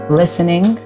listening